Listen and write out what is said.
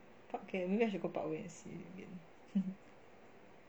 fuck yeah maybe I should go parkway and see again